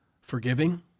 forgiving